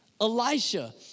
Elisha